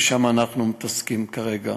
ושם אנחנו מתעסקים כרגע.